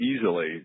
easily